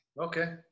okay